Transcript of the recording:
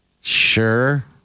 Sure